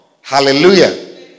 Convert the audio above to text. Hallelujah